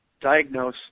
diagnose